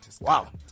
Wow